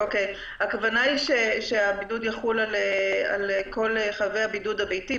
הכוונה היא שהאיכון יחול על כל חייבי הבידוד הביתי,